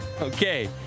Okay